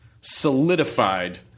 solidified